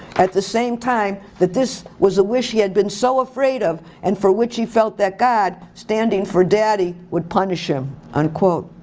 at the same time, that this was a wish he had been so afraid of, and for which he felt that god, standing for daddy, would punish him. unquote.